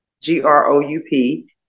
G-R-O-U-P